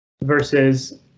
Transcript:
Versus